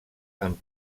amb